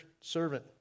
servant